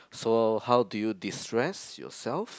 so how do you destress yourself